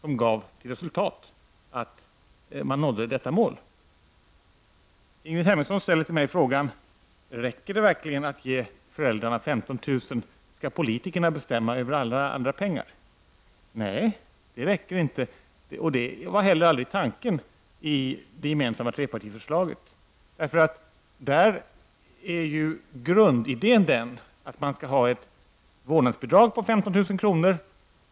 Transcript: Ingrid Hemmingsson ställer till mig frågan: Räcker det verkligen att ge föräldrarna 15 000 kr.? Skall politikerna bestämma över alla andra pengar? Nej, det räcker inte, och det var heller aldrig tanken i det gemensamma trepartiförslaget. Där är ju grundidén den att man skall ha ett vårdnadsbidrag om 15 000 kr.